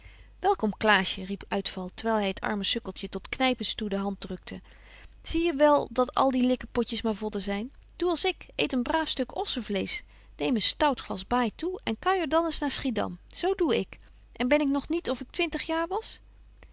welkom klaasje riep uitval terwyl hy het arme sukkeltje tot knypens toe de hand drukte zie je wel dat al die likkepotjes maar vodden zyn doe als ik eet een braaf stuk ossenvleesch neem een stout glas baai toe en kuijer dan eens naar schiedam zo doe ik en ben ik nog niet of ik twintig jaar was